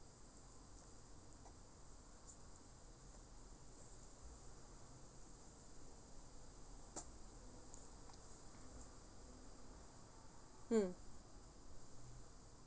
mm